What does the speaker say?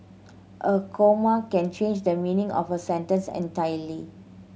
a comma can change the meaning of a sentence entirely